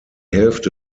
hälfte